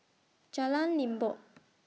Jalan Limbok